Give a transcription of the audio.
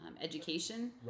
education